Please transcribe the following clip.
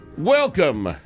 Welcome